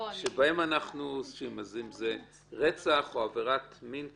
אם זה רצח או עבירת מין קשה.